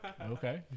Okay